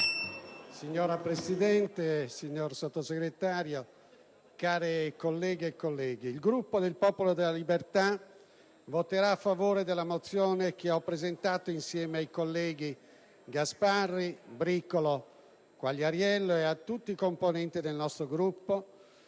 Signora Presidente, signor Sottosegretario, care colleghe, colleghi, il Gruppo del Popolo della Libertà voterà a favore della mozione che ho presentato insieme ai colleghi Gasparri, Bricolo, Quagliariello ed a tutti i componenti del nostro Gruppo